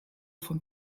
von